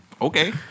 Okay